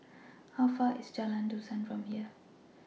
How Far away IS Jalan Dusan from here